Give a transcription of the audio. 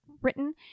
written